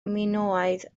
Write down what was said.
minoaidd